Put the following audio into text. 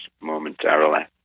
momentarily